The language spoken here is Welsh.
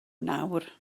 nawr